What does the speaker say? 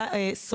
יתרה מזאת,